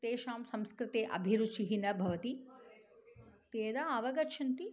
तेषां संस्कृते अभिरुचिः न भवति ते यदा अवगच्छन्ति